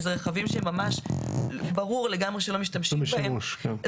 אלה רכבים שממש ברור לגמרי שלא משתמשים בהם.